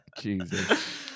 Jesus